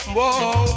Whoa